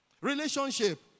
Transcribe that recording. relationship